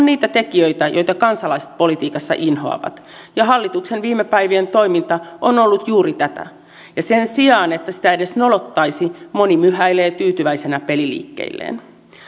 niitä tekijöitä joita kansalaiset politiikassa inhoavat ja hallituksen viime päivien toiminta on ollut juuri tätä sen sijaan että sitä edes nolottaisi moni myhäilee tyytyväisenä peliliikkeilleen